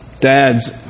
Dads